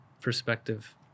perspective